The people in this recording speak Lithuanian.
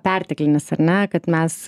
perteklinis ar ne kad mes